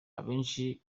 abenshi